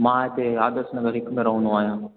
मां हिते आदर्श नगर हिक में रहंदो आहियां